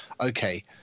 okay